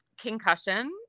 Concussion